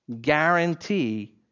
guarantee